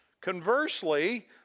Conversely